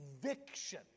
conviction